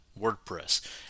WordPress